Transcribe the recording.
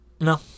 No